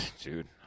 Dude